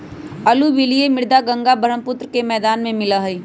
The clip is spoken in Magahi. अलूवियल मृदा गंगा बर्ह्म्पुत्र के मैदान में मिला हई